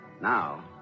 now